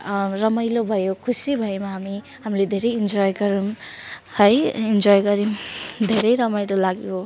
रमाइलो भयो खुसी भयौँ हामी हामीले धेरै इन्जोई गऱ्यौँ है इन्जोई गऱ्यौँ धेरै रमाइलो लाग्यो